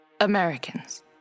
Americans